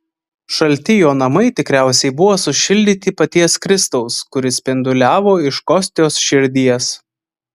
šalti jo namai tikriausiai buvo sušildyti paties kristaus kuris spinduliavo iš kostios širdies